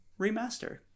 remaster